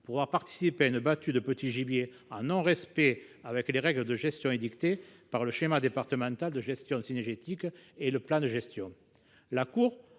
avoir participé à une battue de petits gibiers au mépris des règles de gestion édictées dans le schéma départemental de gestion cynégétique et dans le plan de gestion.